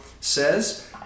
says